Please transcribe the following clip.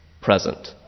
present